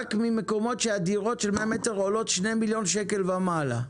רק במקומות שדירות של 100 מטר עולות שני מיליון שקל ומעלה?